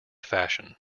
fashion